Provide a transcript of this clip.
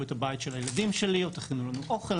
את הבית של הילדים שלי או תכינו לנו אוכל